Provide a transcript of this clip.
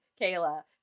Kayla